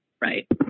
right